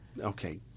Okay